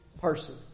person